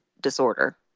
disorder